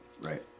Right